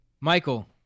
michael